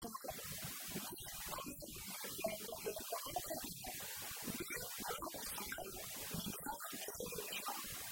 לאמור... מי עומד? אה... בא נגיד ככה: מי בעם ישראל נמשח בשמן משחה?